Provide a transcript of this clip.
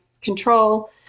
control